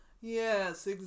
yes